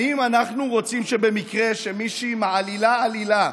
האם אנחנו רוצים שבמקרה שמישהי מעלילה עלילה,